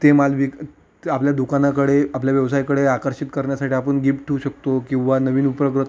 ते माल विक आपल्या दुकानाकडे आपल्या व्यवसायाकडे आकर्षित करण्यासाठी आपण गिप्ट ठेवू शकतो किंवा नवीन उप्रगत